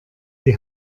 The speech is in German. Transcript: die